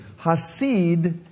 Hasid